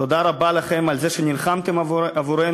תודה רבה לכם על זה שנלחמתם עבורנו.